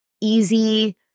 easy